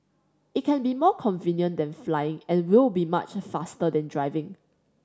it can be more convenient than flying and will be much faster than driving